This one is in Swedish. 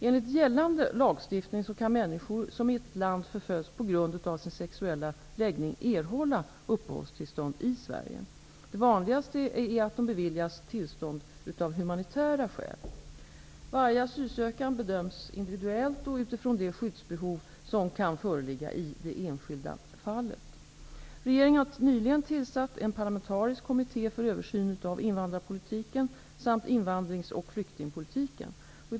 Enligt gällande lagstiftning kan människor som i ett land förföljs på grund av sin sexuella läggning erhålla uppehållstillstånd i Sverige. Det vanligaste är att de beviljas tillstånd av humanitära skäl. Varje asylansökan bedöms individuellt och utifrån det skyddsbehov som kan föreligga i det enskilda fallet. Regeringen har nyligen tillsatt en parlamentarisk kommitté för översyn av invandrarpolitiken samt invandrings och flyktingpolitiken.